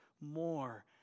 more